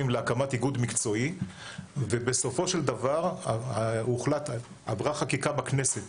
להקמת איגוד מקצועי ובסופו של דבר עברה חקיקה בכנסת